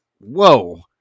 whoa